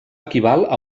equival